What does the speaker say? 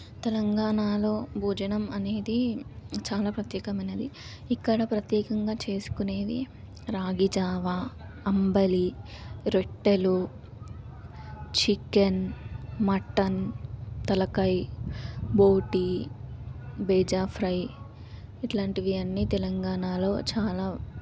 తెలంగాణలో భోజనం అనేది చాలా ప్రత్యేకమైనది ఇక్కడ ప్రత్యేకంగా చేసుకునేది రాగి జావా అంబలి రొట్టెలు చికెన్ మటన్ తలకాయ్ బోటి బేజా ఫ్రై ఇలాంటివి అన్ని తెలంగాణలో చాలా